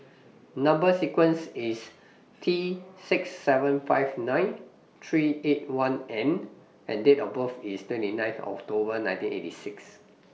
Number sequence IS T six seven five nine three eight one N and Date of birth IS twenty ninth October nineteen eighty six